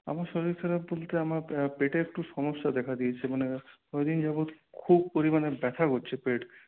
আমার শরীর খারাপ বলতে আমার পে পেটে একটু সমস্যা দেখা দিয়েছে মানে কয়দিন যাবৎ খুব পরিমাণে ব্যথা করছে পেট